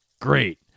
great